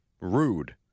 Rude